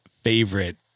favorite